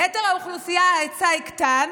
ליתר האוכלוסייה ההיצע יקטן